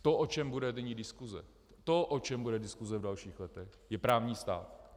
To, o čem bude nyní diskuse, to, o čem bude diskuse v dalších letech, je právní stát.